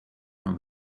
how